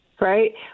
right